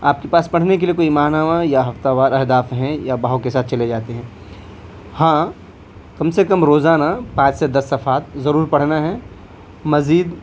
آپ کے پاس پڑھنے کے لیے کوئی ماہنامہ یا ہفتہ وار اہداف ہیں یا بہاؤ کے ساتھ چلے جاتے ہیں ہاں کم سے کم روزانہ پانچ سے دس صفحات ضرور پڑھنا ہے مزید